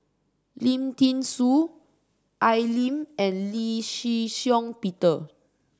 Lim Thean Soo Al Lim and Lee Shih Shiong Peter